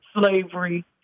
slavery